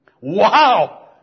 Wow